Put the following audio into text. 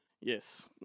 Yes